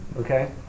Okay